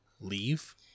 leave